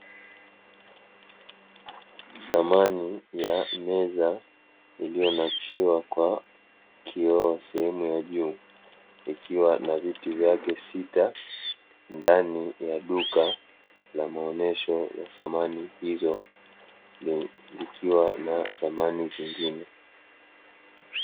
Samani ya meza iliyonakshiwa kwa kioo, sehemu ya juu ikiwa na viti vyake sita, ndani ya duka la maonyesho ya samani hizo likiwa na samani zingine.